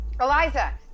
Eliza